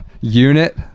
unit